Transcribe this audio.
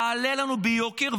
תעלה לנו ביוקר,